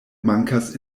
mankas